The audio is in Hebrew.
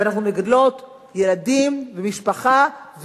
ואנחנו מגדלות ילדים ומשפחה,